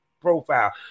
profile